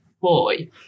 boy